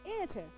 enter